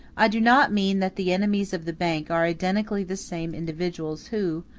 i do not mean that the enemies of the bank are identically the same individuals who,